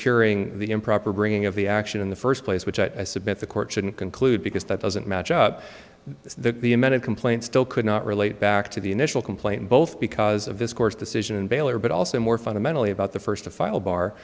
curing the improper bringing of the action in the first place which i submit the court shouldn't conclude because that doesn't match up to the amended complaint still could not relate back to the initial complaint both because of this court's decision in baylor but also more fundamentally about the first to file bar